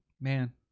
man